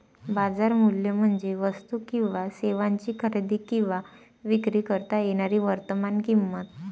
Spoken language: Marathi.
बाजार मूल्य म्हणजे वस्तू किंवा सेवांची खरेदी किंवा विक्री करता येणारी वर्तमान किंमत